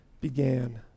began